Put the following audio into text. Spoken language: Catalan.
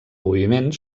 moviment